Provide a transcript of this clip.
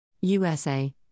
USA